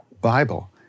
Bible